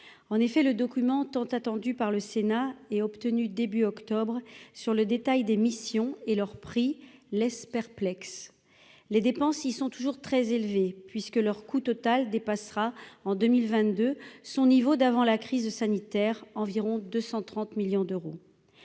en effet, le document tant attendu par le Sénat et obtenu début octobre sur le détail des missions et leurs prix laisse perplexe les dépenses, ils sont toujours très élevés puisque leur coût total dépassera en 2022, son niveau d'avant la crise sanitaire, environ 230 millions d'euros